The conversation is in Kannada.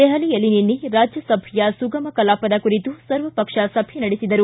ದೆಹಲಿಯಲ್ಲಿ ನಿನ್ನೆ ರಾಜ್ಯಸಭೆಯ ಸುಗಮ ಕಲಾಪದ ಕುರಿತು ಸರ್ವಪಕ್ಷ ಸಭೆ ನಡೆಸಿದರು